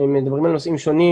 מדברים על נושאים שונים,